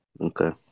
Okay